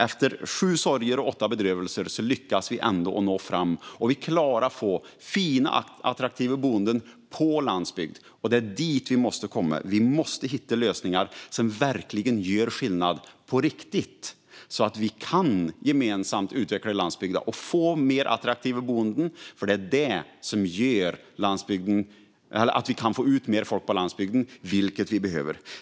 Efter sju sorger och åtta bedrövelser lyckades vi ändå nå fram, och vi klarade av att få fina och attraktiva boenden på landsbygden. Det är dit vi måste komma. Vi måste hitta lösningar som verkligen gör skillnad på riktigt så att vi gemensamt kan utveckla landsbygden och få fler attraktiva boenden. Det är det som gör att vi kan få ut mer folk på landsbygden, vilket vi behöver.